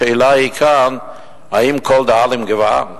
השאלה כאן היא: האם כל דאלים גבר?